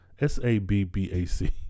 S-A-B-B-A-C